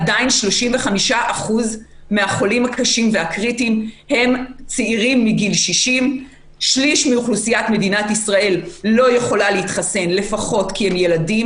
עדיין 35% מהחולים הקשים והקריטיים הם צעירים מגיל 60. שליש מאוכלוסיית מדינת ישראל לא יכולה להתחסן כי הם ילדים.